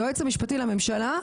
היועץ המשפטי לממשלה,